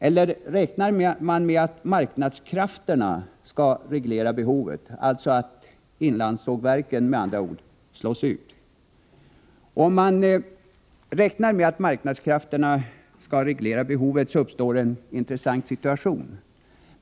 Eller räknar man med att marknadskrafterna skall reglera behovet — med andra ord att inlandssågverken slås ut? Om man räknar med att marknadskrafterna skall reglera behoven uppstår en intressant situation.